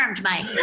Mike